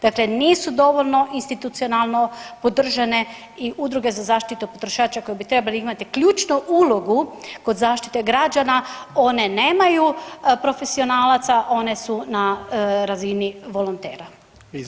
Dakle, nisu dovoljno institucionalno podržane i udruge za zaštitu potrošača koji bi trebali imati ključnu ulogu kod zaštite građana one nemaju profesionalaca, one su na razini volontera.